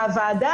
הוועדה,